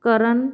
ਕਰਨ